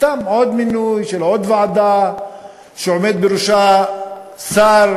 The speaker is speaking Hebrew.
סתם עוד מינוי של עוד ועדה שעומד בראשה שר.